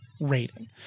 Rating